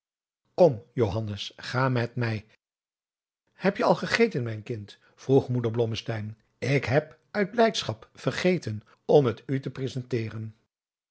johannes ga met mij hebje al gegeten mijn kind adriaan loosjes pzn het leven van johannes wouter blommesteyn vroeg moeder blommesteyn ik heb uit blijdschap vergeten om het u te prissenteren